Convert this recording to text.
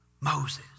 Moses